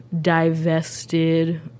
divested